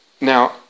now